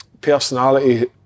personality